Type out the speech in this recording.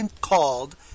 called